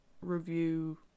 review